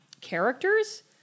characters